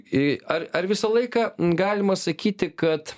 i ar ar visą laiką galima sakyti kad